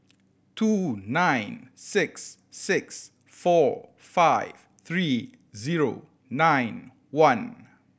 two nine six six four five three zero nine one